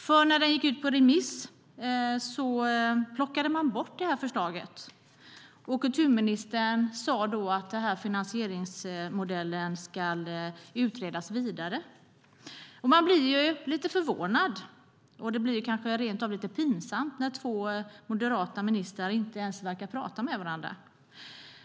När utredningen gick ut på remiss plockades detta förslag bort, och kulturministern sade att finansieringsmodellen ska utredas vidare. Man blir lite förvånad, och det blir kanske rent av pinsamt när två moderata ministrar inte ens verkar prata med varandra.